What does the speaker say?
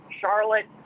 Charlotte